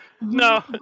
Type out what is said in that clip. No